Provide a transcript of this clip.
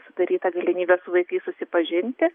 ir sudaryta galimybė su vaikais susipažinti